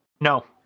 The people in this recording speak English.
No